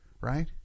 Right